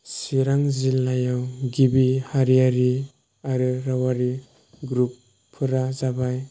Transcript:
चिरां जिल्लायाव गिबि हारियारि आरो रावआरि ग्रुपफोरा जाबाय